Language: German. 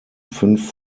fünf